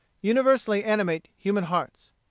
universally animate human hearts!